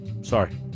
sorry